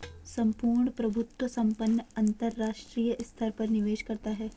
सम्पूर्ण प्रभुत्व संपन्न अंतरराष्ट्रीय स्तर पर निवेश करता है